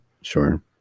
Sure